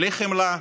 בלי חמלה,